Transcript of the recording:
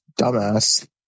dumbass